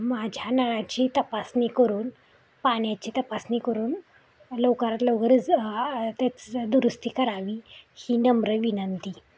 माझ्या नाळाची तपासणी करून पाण्याची तपासणी करून लवकरात लवकरच त्याचं दुरुस्ती करावी ही नम्र विनंती